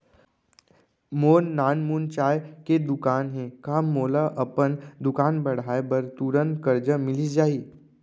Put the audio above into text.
मोर नानकुन चाय के दुकान हे का मोला अपन दुकान बढ़ाये बर तुरंत करजा मिलिस जाही?